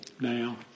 now